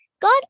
God